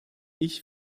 ich